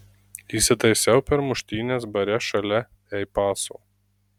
įsitaisiau per muštynes bare šalia ei paso